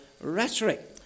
rhetoric